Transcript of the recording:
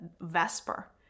Vesper